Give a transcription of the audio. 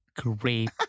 great